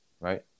right